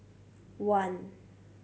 one